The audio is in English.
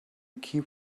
keep